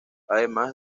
además